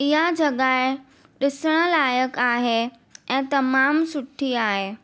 इहा जॻह ॾिसणु लाइक़ु आहे ऐं तमामु सुठी आहे